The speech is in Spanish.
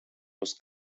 los